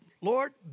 Lord